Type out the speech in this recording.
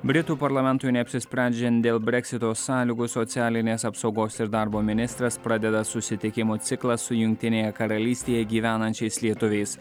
britų parlamentui neapsisprendžiant dėl breksito sąlygų socialinės apsaugos ir darbo ministras pradeda susitikimų ciklą su jungtinėje karalystėje gyvenančiais lietuviais